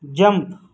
jump